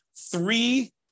three